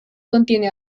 contiene